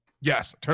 Yes